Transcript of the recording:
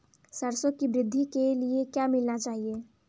सरसों की वृद्धि के लिए क्या मिलाना चाहिए?